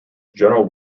general